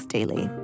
Daily